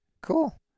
Cool